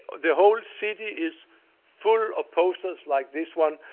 the whole city is full of posters like this one.